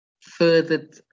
furthered